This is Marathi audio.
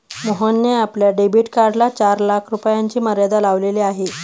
मोहनने आपल्या डेबिट कार्डला चार लाख रुपयांची मर्यादा लावलेली आहे